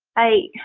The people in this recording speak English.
i